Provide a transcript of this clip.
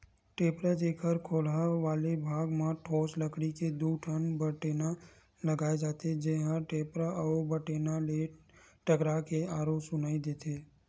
टेपरा, जेखर खोलहा वाले भाग म ठोस लकड़ी के दू ठन बठेना लगाय जाथे, जेहा टेपरा अउ बठेना ले टकरा के आरो सुनई देथे